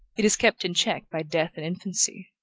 it is kept in check by death and infancy.